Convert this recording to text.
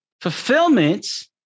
fulfillment